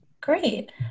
Great